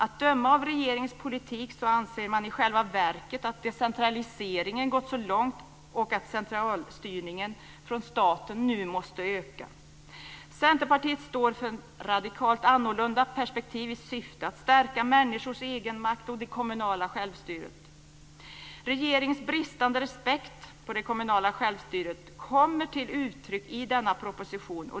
Att döma av regeringens politik anser man i själva verket att decentraliseringen har gått långt och att centralstyrningen från staten nu måste öka. Centerpartiet står för ett radikalt annorlunda perspektiv i syfte att stärka människors egen makt och det kommunala självstyret. Regeringens bristande respekt för det kommunala självstyret kommer till uttryck i denna proposition.